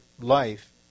life